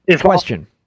question